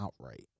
outright